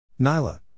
Nyla